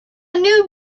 new